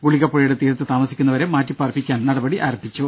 ഗുളിക പുഴയുടെ തീരത്തു താമസിക്കുന്നവരെ മാറ്റിപ്പാർപ്പിക്കാൻ നടപടി ആരംഭിച്ചു